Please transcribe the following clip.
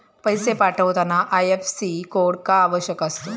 पैसे पाठवताना IFSC code का आवश्यक असतो?